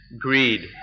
greed